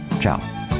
Ciao